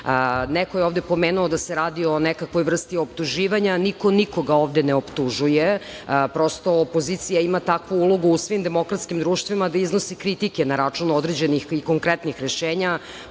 je ovde pomenuo da se ovde radi o nekakvoj vrsti optuživanja. Niko nikoga ovde ne optužuje. Prosto, opozicija ima takvu ulogu u svim demokratskim društvima da iznosi kritike na račun određenih i konkretnih rešenja,